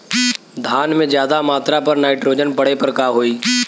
धान में ज्यादा मात्रा पर नाइट्रोजन पड़े पर का होई?